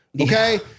Okay